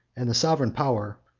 and the sovereign power,